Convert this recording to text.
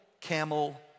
Camel